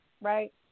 right